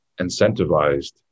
incentivized